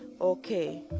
okay